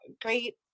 great